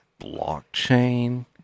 blockchain